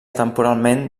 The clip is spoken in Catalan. temporalment